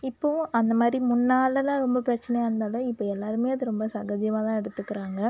இப்போவும் அந்த மாதிரி முன்னாலலாம் ரொம்ப பிரச்சனையாக இருந்தாலும் இப்போ எல்லாருமே அது ரொம்ப சகஜமாக தான் எடுத்துக்குறாங்க